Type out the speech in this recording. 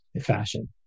fashion